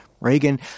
Reagan